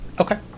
Okay